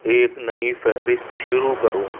ایک نئی فہرست شروع کرو